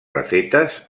refetes